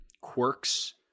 quirks